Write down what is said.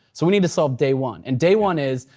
so we need to solve day one. and day one is,